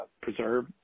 Preserve